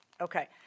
Okay